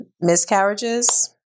miscarriages